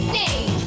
name